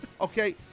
Okay